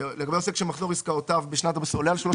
"לגבי עוסק שמחזור עסקאותיו בשנת הבסיס עולה על 300